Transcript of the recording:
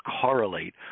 correlate